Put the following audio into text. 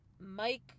Mike